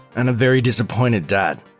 and a very disappointed dad.